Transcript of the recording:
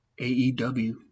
AEW